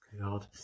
God